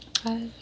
five